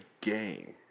game